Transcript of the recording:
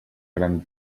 gran